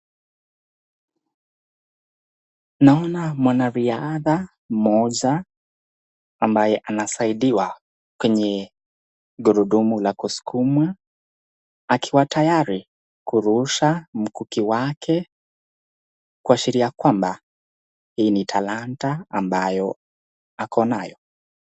Naona mwanariadha mmoja ambaye anasaidiwa kwenye ghurudumu la kusukumwa akiwa tayari kurusha mkuki wake kuashiria kwamba hii ni talanta ambayo akonayo.